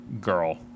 girl